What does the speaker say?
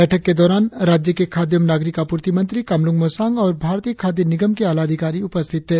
बैठक के दौरान राज्य के खाद्य एवं नागरिक आपूर्ति मंत्री कामलूंग मोसांग और भारतीय खाद्य निगम के आला अधिकारी उपस्थित थे